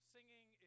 Singing